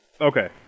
Okay